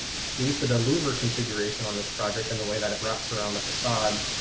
due to the louvre configuration on this project and the way that it wraps around the facade,